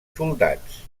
soldats